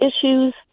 issues